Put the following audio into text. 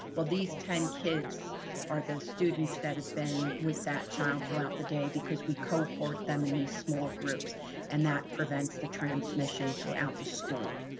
well, these ten kids are the students that have been with that child throughout the day because we cohort them in these small groups and that prevents the transmission throughout the school.